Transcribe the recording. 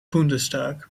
bundestag